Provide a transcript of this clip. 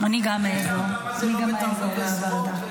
גם אני אעזור, גם אני אעזור מהוועדה.